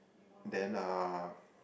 then uh